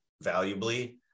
valuably